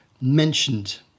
mentioned